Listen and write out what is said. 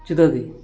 ᱡᱩᱫᱟᱹᱜᱮ